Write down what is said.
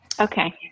Okay